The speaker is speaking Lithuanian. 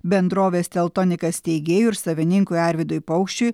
bendrovės teltonika steigėjui ir savininkui arvydui paukščiui